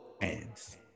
hands